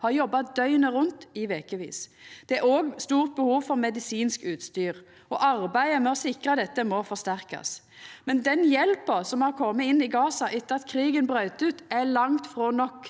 har jobba døgnet rundt i vekevis. Det er òg eit stort behov for medisinsk utstyr, og arbeidet med å sikra dette må forsterkast. Men den hjelpa som har kome inn i Gaza etter at krigen braut ut, er langt frå nok